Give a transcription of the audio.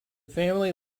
family